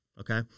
Okay